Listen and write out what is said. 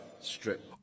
Strip